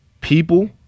people